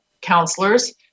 counselors